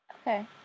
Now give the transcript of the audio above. Okay